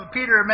Peter